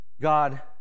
God